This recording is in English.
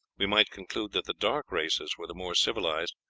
we might conclude that the dark races were the more civilized,